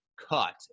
cut